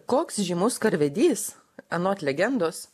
koks žymus karvedys anot legendos